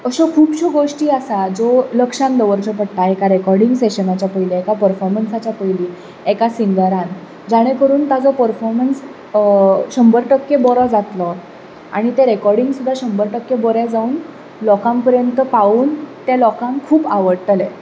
अश्यो खुबश्यो गोश्टी आसात ज्यो लक्षांत दवरच्यो पडटात एखादे रिकोर्डिंग सॅशना पयलें एकादी पर्फोमन्सा पयलीं एका सिंगरान जाणें करून ताचो पर्फोमन्स शंबर टक्के बरो जातलो आनी तें रॅकोर्डिग सुद्दां शंबर टक्के बरें जावन लोकां पर्यंत पावून तें लोकांक खूब आवडटलें